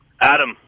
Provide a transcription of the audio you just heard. Adam